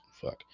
Fuck